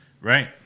Right